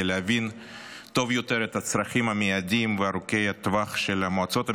להבין טוב יותר את הצרכים המיידיים וארוכי הטווח של המועצות המקומיות,